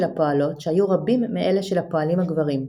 הפועלות שהיו רבים מאלה של הפועלים הגברים.